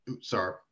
Sorry